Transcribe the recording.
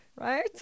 Right